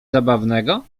zabawnego